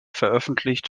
veröffentlicht